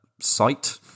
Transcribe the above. site